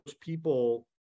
people